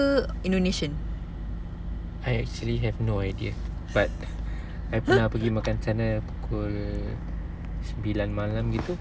I actually have no idea but I pernah pergi makan sana pukul sembilan malam gitu